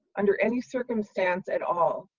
under any circumstance at all,